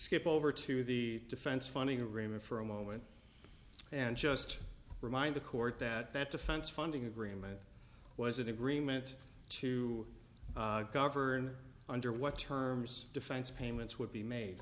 skip over to the defense funding raymond for a moment and just remind the court that that defense funding agreement was an agreement to govern under what terms defense payments would be made